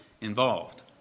involved